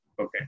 okay